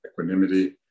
equanimity